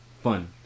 Fun